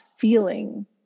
feeling